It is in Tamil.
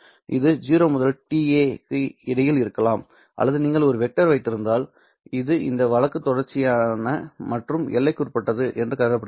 இது 0 முதல் t a க்கு இடையில் இருக்கலாம் அல்லது நீங்கள் ஒரு வெக்டர் வைத்திருக்கலாம் இது இந்த வழக்கு தொடர்ச்சியான மற்றும் எல்லைக்குட்பட்டது என்று கருதப்படுகிறது